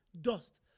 dust